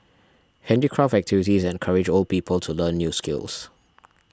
handicraft activities encourage old people to learn new skills